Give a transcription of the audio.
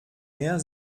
mehr